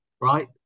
right